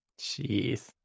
Jeez